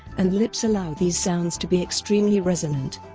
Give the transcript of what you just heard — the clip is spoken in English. and lips allow these sounds to be extremely resonant.